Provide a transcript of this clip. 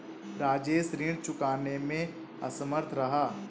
राजेश ऋण चुकाने में असमर्थ रहा